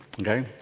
okay